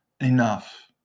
enough